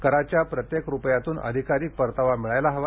कराच्या प्रत्येक रूपयातून अधिकाधिक परतावा मिळायला हवा